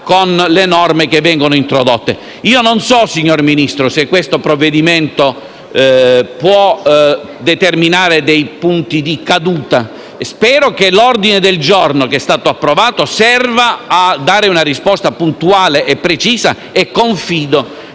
Non so, signora Ministro, se questo provvedimento può determinare punti di caduta, ma spero che l'ordine del giorno che è stato approvato serva a dare una risposta puntuale e precisa. Confido